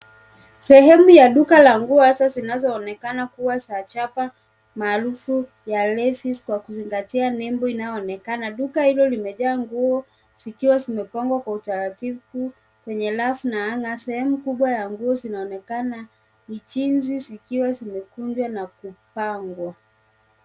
Sehemu ya duka la nguo hasa zinazoonekana kuwa za chapa maarufu ya Levi's kwa kuzingatia nembo inayoonekana. Duka hilo limejaa nguo zikiwa zimepangwa kwa utaratibu kwenye rafu na sehemu kubwa ya nguo zinaonekana ni jinsi zikiwa zimekunjwa na kupangwa.